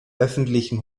öffentlichen